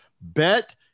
bet